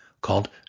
called